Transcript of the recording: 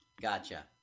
Gotcha